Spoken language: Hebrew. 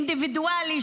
אינדיווידואלי,